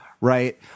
right